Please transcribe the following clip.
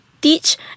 Teach